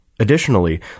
Additionally